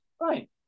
right